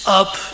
up